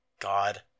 God